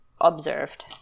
observed